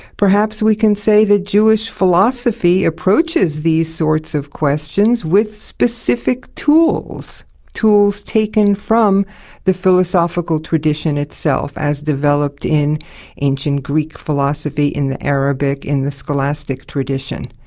perhaps we can say that jewish philosophy approaches these sorts of questions with specific tools tools taken from the philosophical tradition itself as developed in ancient greek philosophy, in the arabic, in the scholastic tradition.